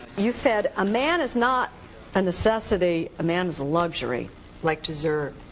you said a man is not a necessity. a man's luxury like dessert.